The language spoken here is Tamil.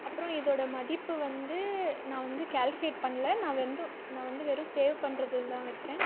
அப்றம் இதோடய மதிப்பு வந்து நான் வந்து கால்குலேட் பண்ணலை நான் வந்து நான் வந்து வெறும் சேவ் பண்றதில்தான் இருக்கேன்